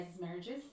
marriages